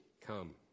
come